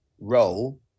role